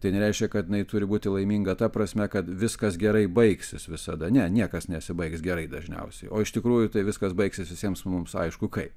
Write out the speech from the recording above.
tai nereiškia kad jinai turi būti laiminga ta prasme kad viskas gerai baigsis visada ne niekas nesibaigs gerai dažniausiai o iš tikrųjų tai viskas baigsis visiems mums aišku kaip